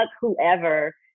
whoever